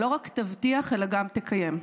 לא רק תבטיח אלא גם תקיים.